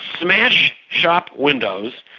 smash shop windows,